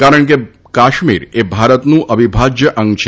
કારણ કે કાશ્મીર એ ભારતનું અવિભાજ્ય અંગ છે